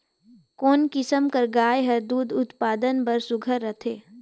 कोन किसम कर गाय हर दूध उत्पादन बर सुघ्घर रथे?